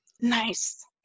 Nice